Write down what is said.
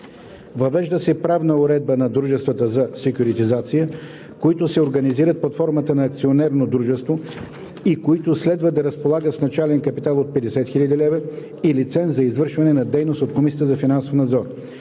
Въвежда се правна уредба на дружествата за секюритизация, които се организират под формата на акционерно дружество и които следва да разполагат с начален капитал от 50 000 лв. и лиценз за извършване на дейност от Комисията за финансов надзор.